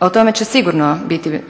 O tome će sigurno biti